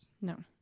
No